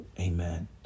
Amen